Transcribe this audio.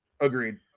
Agreed